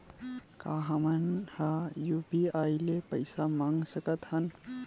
का हमन ह यू.पी.आई ले पईसा मंगा सकत हन?